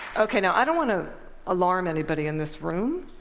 okay, now i don't want to alarm anybody in this room,